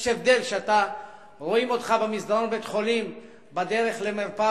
יש הבדל אם רואים אותך במסדרון בבית-החולים בדרך למרפאה